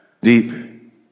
deep